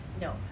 No